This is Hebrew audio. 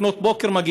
לפנות בוקר,